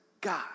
God